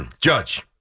Judge